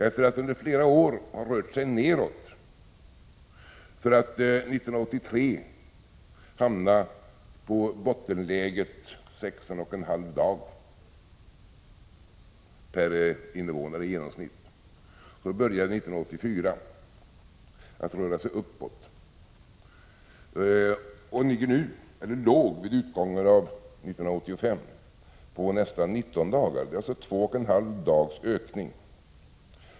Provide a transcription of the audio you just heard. Efter att under flera år har rört sig neråt, för att år 1983 hamna i bottenläget 16,5 dagar per invånare i genomsnitt, började det 1984 röra sig uppåt och låg vid utgången av 1985 på nästan 19 dagar. Det är alltså en ökning med 2,5 dagar.